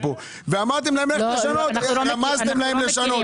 על אף אחת לא הוגשה תלונה במשטרה.